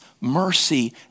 mercy